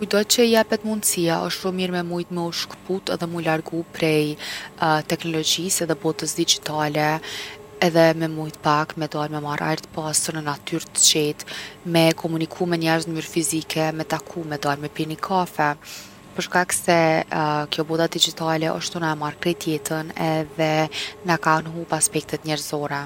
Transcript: Kujtdo që i jepet mundsia osht shumë mirë me mujt me u shkput edhe mu largu prej teknologjisë edhe botës digjitale. Edhe me mujt pak me dal me marr ajër t’pastër në natyrë t’qetë me komuniku, me njerz n’mnyrë fizike, me taku me dal me pi ni kafe. Për shkak se kjo bota digjitale osht tu na e marrë krejt jetën edhe na kan hup aspektet njerëzore.